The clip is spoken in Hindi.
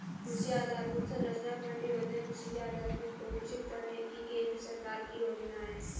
कृषि आधरभूत संरचना फण्ड योजना कृषि के आधारभूत को विकसित करने की केंद्र सरकार की योजना है